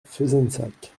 fezensac